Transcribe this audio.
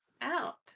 out